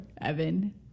Evan